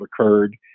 occurred